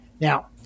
Now